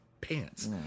pants